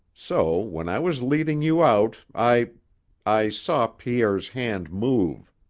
so when i was leading you out, i i saw pierre's hand move